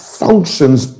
functions